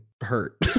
hurt